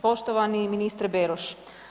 Poštovani ministre Beroš.